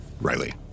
Riley